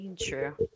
True